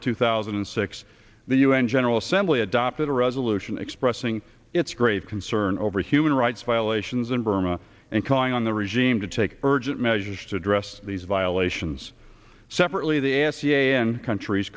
two thousand and six the un general assembly adopted a resolution expressing its grave concern over human rights violations in burma and calling on the regime to take urgent measures to address these violations separately the ass and countries